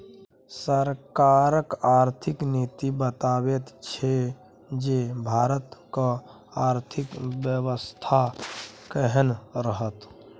सरकारक आर्थिक नीति बताबैत छै जे भारतक आर्थिक बेबस्था केहन रहत